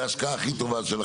זה השקעה הכי טובה שלכם.